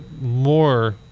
more